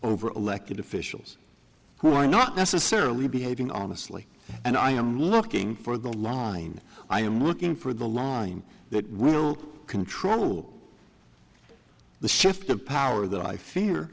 over elected officials who are not necessarily behaving honestly and i am looking for the line i am looking for the line that will control the shift of power that i fear